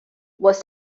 was